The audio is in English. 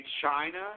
China